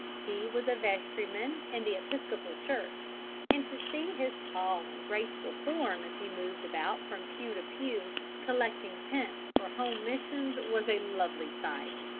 he was a vestryman in the episcopal church and to see his tall and graceful form as he moved about from pew to pew collecting pence for home missions, was a lovely sight.